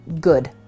good